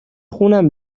خونم